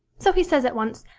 so he says at once,